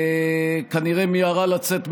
כנראה מיהרה לצאת מהאולם.